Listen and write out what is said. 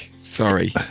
Sorry